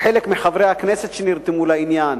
חלק מחברי הכנסת שנרתמו לעניין,